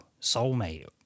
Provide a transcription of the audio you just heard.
soulmate